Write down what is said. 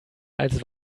als